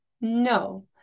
No